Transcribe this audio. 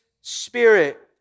spirit